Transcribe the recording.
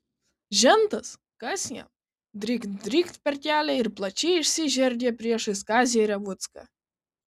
žentas kas jam drykt drykt per kelią ir plačiai išsižergė priešais kazį revucką